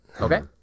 Okay